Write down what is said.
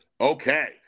okay